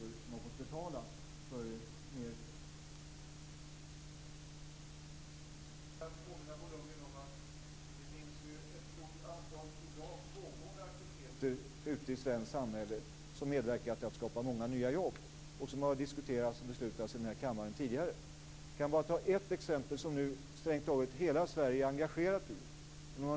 Jag skulle också vilja påminna Bo Lundgren om att det i dag finns ett stort antal pågående aktiviteter ute i det svenska samhället som medverkar till att skapa många nya jobb. De har diskuterats och beslutats här i kammaren tidigare. Låt mig bara ta ett exempel där strängt taget hela Sverige är engagerat.